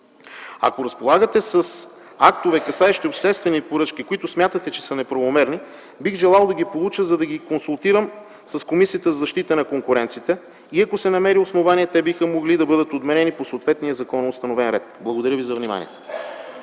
Ако разполагате с актове, касаещи обществени поръчки, които смятате, че са неправомерни, бих желал да ги получа, за да се консултирам с Комисията за защита на конкуренцията и, ако се намери основание, те биха могли да бъдат отменени по съответния законоустановен ред. Благодаря ви за вниманието.